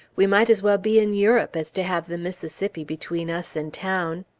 we might as well be in europe as to have the mississippi between us and town.